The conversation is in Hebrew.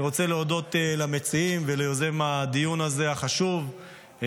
אני רוצה להודות למציעים וליוזם הדיון החשוב הזה,